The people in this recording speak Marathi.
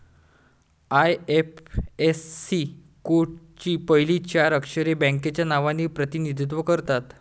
आय.एफ.एस.सी कोडची पहिली चार अक्षरे बँकेच्या नावाचे प्रतिनिधित्व करतात